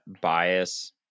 bias